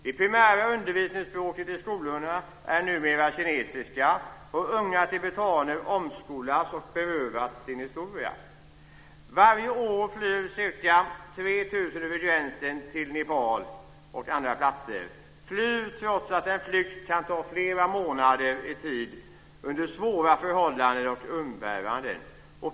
Det primära undervisningsspråket i skolorna är numera kinesiska. Unga tibetaner omskolas och berövas sin historia. Varje år flyr ca 3 000 över gränsen till Nepal och andra platser. De flyr trots att en flykt kan ta flera månader i tid under svåra förhållanden och umbäranden.